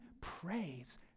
praise